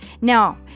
Now